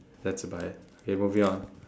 that's about it okay moving it on